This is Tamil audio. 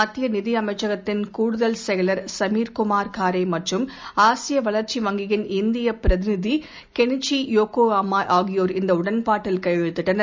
மத்திய நிதியமைச்சகத்தின் கூடுதல் செயலர் சமீர் குமார் காரே மற்றும் ஆசிய வளர்ச்சி வங்கியின் இந்திய பிரதிநிதி கெனிச்சி யோகொயாமா ஆகியோர் இந்த உடன்பாட்டில் கையெழுத்திட்டனர்